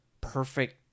perfect